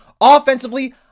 Offensively